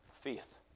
Faith